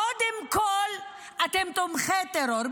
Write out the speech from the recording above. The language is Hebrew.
קודם כול אתם תומכי טרור,